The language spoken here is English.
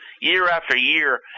year-after-year